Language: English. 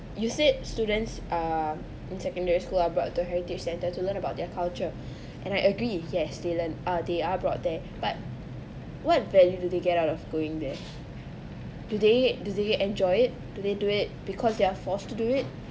you said students err in secondary school about the heritage centre to learn about their culture and I agree yes they learnt ah they are brought there but what value do they get out of going there today does he enjoy it do they do it because they're forced to do it